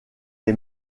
est